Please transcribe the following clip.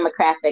demographic